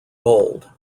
bold